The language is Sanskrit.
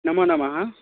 नमो नमः